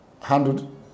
handled